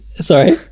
sorry